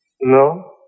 No